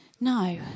No